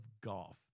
golf